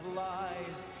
lies